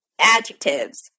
adjectives